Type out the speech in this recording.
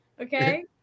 Okay